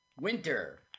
Winter